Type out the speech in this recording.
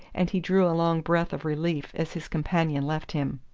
and he drew a long breath of relief as his companion left him.